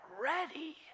ready